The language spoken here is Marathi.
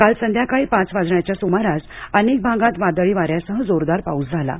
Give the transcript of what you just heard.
काल सायंकाळी पाच वाजण्याच्या सुमारास अनेक भागात वादळी वाऱ्यासह जोरदार पाऊस झाला आहे